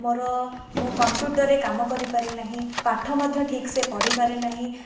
ମୋର ମୁଁ କମ୍ପ୍ୟୁଟର୍ରେ କାମ କରିପାରେ ନାହିଁ ପାଠ ମଧ୍ୟ ଠିକ୍ ସେ ପଢ଼ିପାରେ ନାହିଁ